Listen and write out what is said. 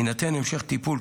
יינתן המשך טיפול,